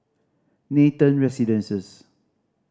Nathan Residences